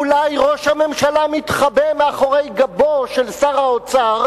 אולי ראש הממשלה מתחבא מאחורי גבו של שר האוצר,